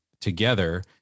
together